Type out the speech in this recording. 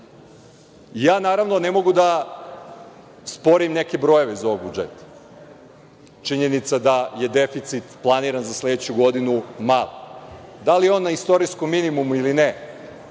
naravno ne mogu da sporim neke brojeve iz ovog budžeta. Činjenica jer da je deficit planiran za sledeću godinu mali. Da li je on na istorijskom minimumu ili ne,